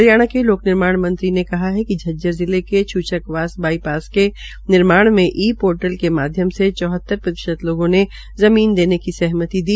हरियाणा के लोक निर्माण मंत्री ने कहा कि झज्जर जिले के छूछकवास वाइपास के निर्माण में ई पोर्टल के माध्यम से चौहतर प्रतिशत लोगों ने ज़मीन देन की सहमति दी